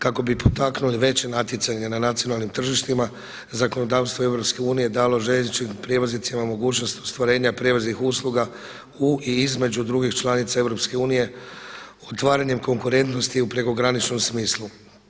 Kako bi potaknuli veće natjecanje na nacionalnim tržištima zakonodavstvo EU dalo željezničkim prijevoznicima mogućnost ostvarenja prijevoznih usluga u i između drugih članica EU otvaranjem konkurentnosti u prekograničnom smislu.